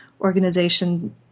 organization